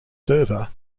server